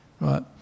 right